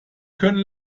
können